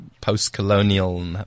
post-colonial